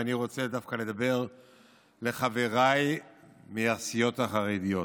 ואני רוצה דווקא לדבר לחבריי מהסיעות החרדיות.